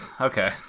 Okay